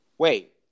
Wait